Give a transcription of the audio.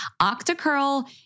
Octacurl